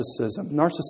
Narcissism